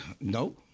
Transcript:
no